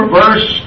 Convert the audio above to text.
verse